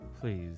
Please